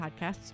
Podcasts